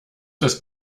das